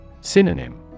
Synonym